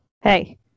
Hey